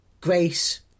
Grace